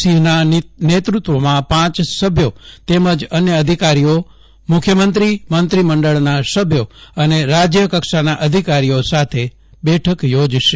સિંહના નેતૃત્વમાં પાંચ સભ્યો તેમજ અન્ય અધિકારીઓ મુખ્યમંત્રી મંત્રીમંડળના સભ્યો અને રાજ્યકક્ષાના અધિકારીઓ સાથે બેઠક યોજશે